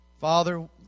Father